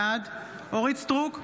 בעד אורית מלכה סטרוק,